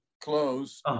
close